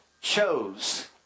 chose